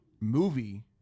movie